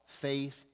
faith